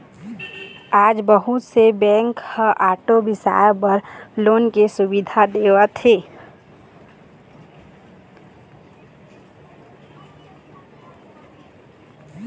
आज बहुत से बेंक ह आटो बिसाए बर लोन के सुबिधा देवत हे